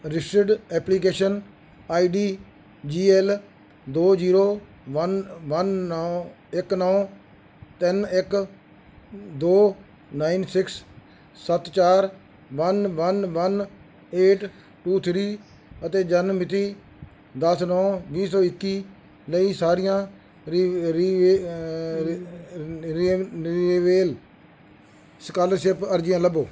registered application I D G L ਦੋ zero one one ਨੌਂ ਇੱਕ ਨੌਂ ਤਿੰਨ ਇੱਕ ਦੋ ਨਾਇਨ ਸਿਕ੍ਸ ਸੱਤ ਚਾਰ one one one eight two three ਅਤੇ ਜਨਮ ਮਿਤੀ ਦਸ ਨੌਂ ਵੀਹ ਸੌ ਇੱਕੀ ਲਈ ਸਾਰੀਆਂ ਰਿਨਿਵੇਲ ਸਕਾਲਰਸ਼ਿਪ ਅਰਜ਼ੀਆਂ ਲੱਭੋ